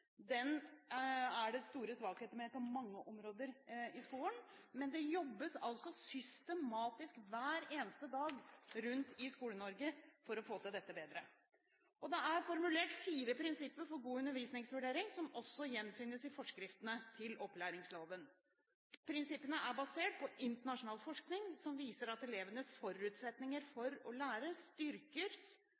det er store svakheter ved på mange områder i skolen. Det jobbes altså systematisk hver eneste dag rundt i Skole-Norge for å få til dette bedre. Det er formulert fire prinsipper for god undervisningsvurdering, som også gjenfinnes i forskriftene til opplæringsloven. Prinsippene er basert på internasjonal forskning, som viser at elevenes forutsetninger for å lære styrkes